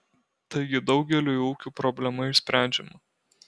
taigi daugeliui ūkių problema išsprendžiama